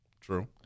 True